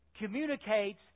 communicates